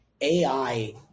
AI